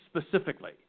specifically